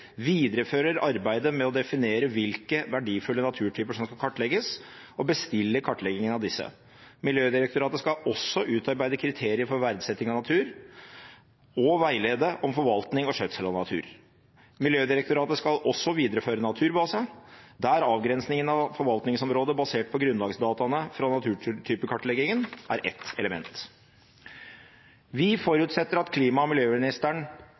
«viderefører arbeidet med å definere hvilke verdifulle naturtyper som skal kartlegges, og bestiller kartleggingen av disse. Miljødirektoratet skal også utarbeide kriterier for verdisetting av natur, samt å gi veiledning om forvaltning og skjøtsel av natur. Miljødirektoratet skal også videreføre Naturbase, der avgrensning av forvaltningsområder basert på grunnlagsdataene fra naturtypekartleggingen er et element». Vi forutsetter at klima- og miljøministeren